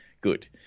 good